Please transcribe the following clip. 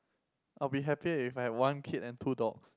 I'll be happy if I have one kid and two dogs